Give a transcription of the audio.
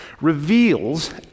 reveals